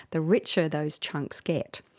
the richer those chunks get.